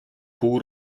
pół